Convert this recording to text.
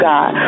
God